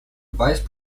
vice